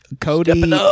Cody